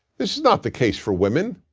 this is not the case for women.